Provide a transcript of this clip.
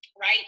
right